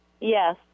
Yes